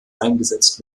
eingesetzt